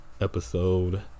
episode